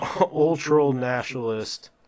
ultra-nationalist